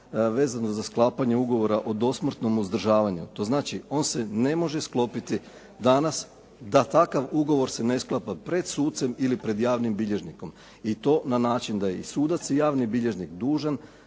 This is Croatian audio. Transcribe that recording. vezano za sklapanje ugovora o dosmrtnom uzdržavanju. To znači, on se ne može sklopiti danas da takav ugovor se ne sklapa pred sucem ili pred javnim bilježnikom i to na način da i sudac i javni bilježnik dužan